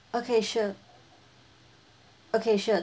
okay sure okay sure